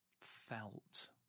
felt